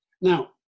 Now